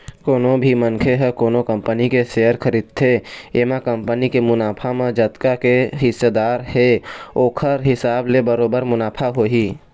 कोनो भी मनखे ह कोनो कंपनी के सेयर खरीदथे एमा कंपनी के मुनाफा म जतका के हिस्सादार हे ओखर हिसाब ले बरोबर मुनाफा होही